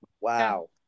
Wow